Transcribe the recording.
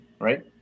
right